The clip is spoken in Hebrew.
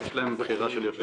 ברור.